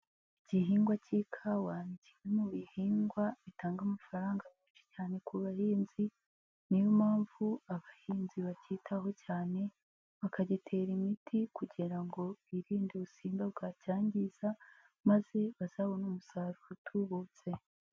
Igihingwa cy'ikawa ni kimwe mu bihingwa bitanga amafaranga menshi cyane ku barihinzi, niyo mpamvu abahinzi bacyitaho cyane, bakagitera imiti kugira ngo birinde ubusimba bwacyangiza maze bazabone umusaruro utubutse.